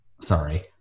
Sorry